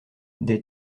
des